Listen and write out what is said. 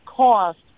cost